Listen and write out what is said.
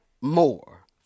more